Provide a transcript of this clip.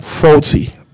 faulty